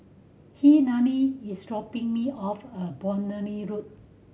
Helaine is dropping me off a Boundary Road